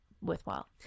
worthwhile